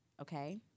Okay